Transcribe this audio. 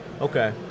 Okay